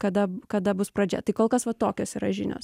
kada kada bus pradžia tai kol kas va tokios yra žinios